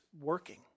working